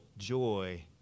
Joy